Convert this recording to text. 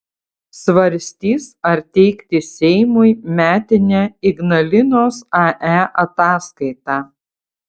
svarstys ar teikti seimui metinę ignalinos ae ataskaitą